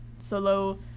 Solo-